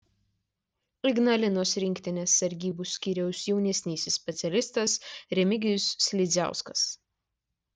ignalinos rinktinės sargybų skyriaus jaunesnysis specialistas remigijus slidziauskas